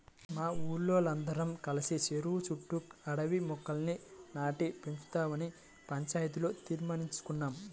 మా ఊరోల్లందరం కలిసి చెరువు చుట్టూ అడవి మొక్కల్ని నాటి పెంచుదావని పంచాయతీలో తీర్మానించేసుకున్నాం